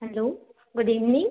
hello good evening